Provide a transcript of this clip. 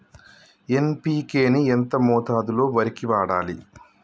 NPK ని ఎంత మోతాదులో వరికి వాడాలి?